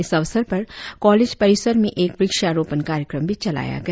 इस अवसर पर कॉलेज परिसर में एक व्रक्षारोपण कार्यक्रम भी चलाया गया